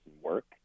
work